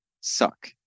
suck